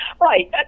Right